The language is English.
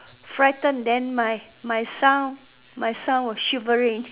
frighten then my my sound my sound was shivering